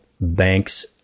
banks